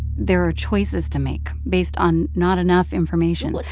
there are choices to make based on not enough information.